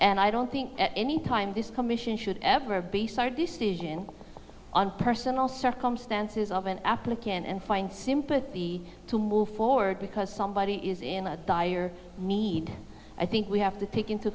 and i don't think at any time this commission should ever base our decision on personal circumstances of an applicant and find sympathy to move forward because somebody is in a dire need i think we have to take into